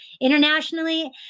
internationally